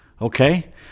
Okay